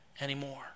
anymore